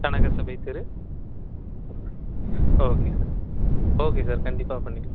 கனகசபை தெரு okay sir okay sir கண்டிப்பாக பண்ணிடலாம்